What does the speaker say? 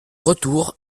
retour